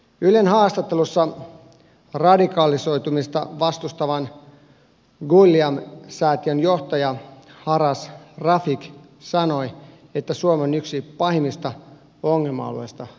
ylen haastattelussa radikalisoitumista vastustavan quilliam säätiön johtaja haras rafiq sanoi että suomi on yksi pahimmista ongelma alueista euroopassa